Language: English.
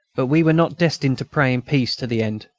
but we were not destined to pray in peace to the end.